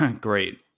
great